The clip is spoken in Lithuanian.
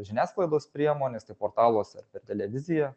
žiniasklaidos priemonės tai portaluose ar per televiziją